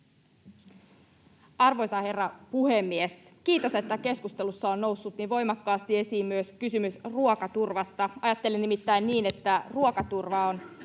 Arvoisa herra puhemies! Kiitos, että keskustelussa on noussut niin voimakkaasti esiin myös kysymys ruokaturvasta. Ajattelen nimittäin niin, että ruokaturva on